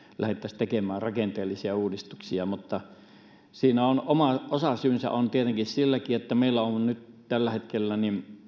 lähdettäisiin tekemään rakenteellisia uudistuksia mutta oma osasyynsä on tietenkin silläkin että meillä on on nyt tällä hetkellä